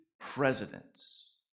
presidents